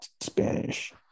Spanish